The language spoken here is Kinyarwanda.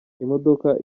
imodoka